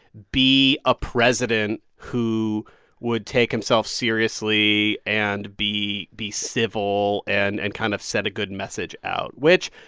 be a president who would take himself seriously and be be civil and and kind of send a good message out, which,